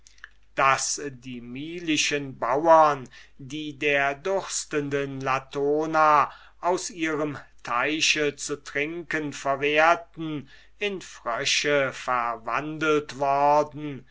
daß die milischen bauren die der durstenden latona aus ihrem teiche zu trinken verwehrten in frösche verwandelt worden